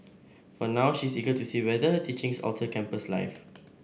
for now she is eager to see whether her teachings alter campus life